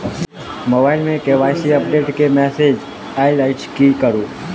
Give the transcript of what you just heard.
Mobile मे KYC update केँ message आइल अछि की करू?